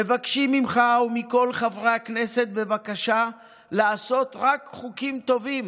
מבקשים ממך ומכל חברי הכנסת בבקשה לעשות רק חוקים טובים,